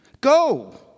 Go